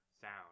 sound